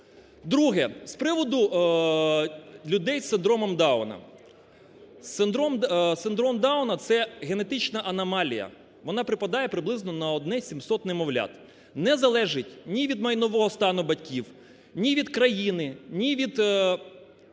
Друге. З приводу людей з синдромом Дауна. Синдром Дауна – це генетична аномалія. Вона припадає приблизно на одне з 700 немовлят. Не залежить ні від майнового стану батьків, ні від країни, ні від